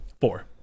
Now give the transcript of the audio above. Four